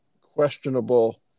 questionable